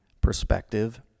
perspective